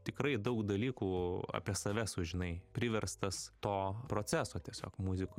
tikrai daug dalykų apie save sužinai priverstas to proceso tiesiog muzik